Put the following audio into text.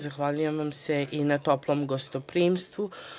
Zahvaljujem vam se i na toplom gostoprimstvu.